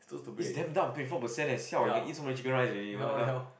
it's damn dumb twenty four percent leh siao you can eat so many chicken rice already what the hell